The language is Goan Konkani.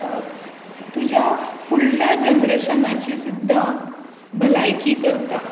तुज्या फुडल्या जनरेशनाची सुद्दा भलायकी करता